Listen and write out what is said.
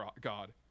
God